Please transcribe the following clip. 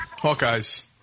Hawkeyes